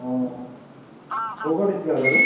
অঁ ক'ৰপৰা দিছিলে অৰ্ডাৰটো